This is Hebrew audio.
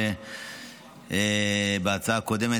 כמו בהצעה הקודמת,